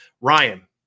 Ryan